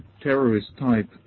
terrorist-type